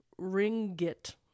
ringgit